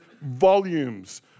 volumes